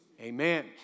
amen